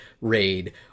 raid